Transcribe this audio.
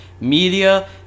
media